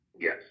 yes